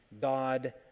God